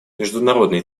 международный